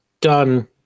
done